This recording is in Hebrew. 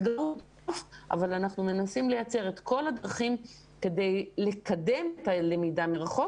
אנחנו מנסים לייצר את כל הדרכים כדי לקדם את הלמידה מרחוק.